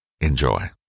Enjoy